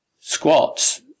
squats